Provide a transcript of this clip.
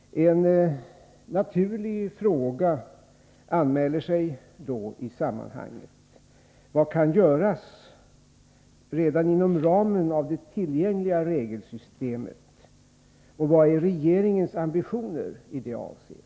En fråga som naturligt anmäler sig i det sammanhanget är: Vad kan göras redan inom ramen för det tillgängliga regelsystemet, och vilka är regeringens ambitioner i det avseendet?